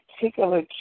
particular